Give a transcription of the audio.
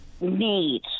Need